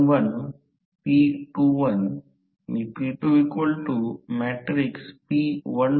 तर सर्किट काढल्यास जर सर्किट काढली तर याला कोर लॉस घटक म्हणतात आणि हे मॅग्नेटिझिंग लॉस घटक आहे